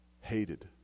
hated